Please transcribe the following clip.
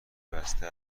بسته